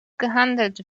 gehandelt